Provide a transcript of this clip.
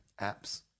apps